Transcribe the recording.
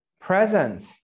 presence